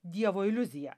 dievo iliuzija